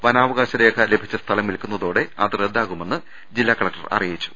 വനാവകാശ രേഖ ലഭിച്ച സ്ഥലം വിൽക്കുന്നതോടെ അത് റദ്ദാകുമെന്ന് ജില്ലാ കലക്ടർ അറിയിച്ചു